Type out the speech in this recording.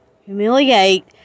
humiliate